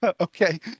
Okay